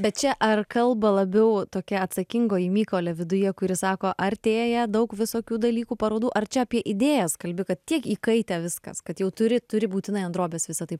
bet čia ar kalba labiau tokia atsakingoji mykolė viduje kuri sako artėja daug visokių dalykų parodų ar čia apie idėjas kalbi kad tiek įkaitę viskas kad jau turi turi būtinai ant drobės visa tai